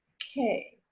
okay,